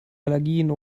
allergien